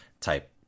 type